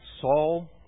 Saul